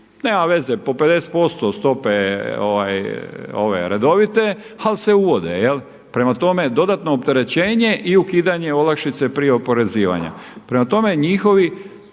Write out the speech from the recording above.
nema veze po 50% stope redovite ali se uvode. Prema tome dodatno opterećenje i ukidanje olakšice prije oporezivanja. Prema tome, njihov